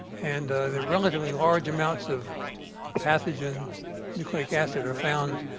and the relatively large amounts of pathogen nucleic acid are found